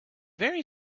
very